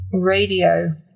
radio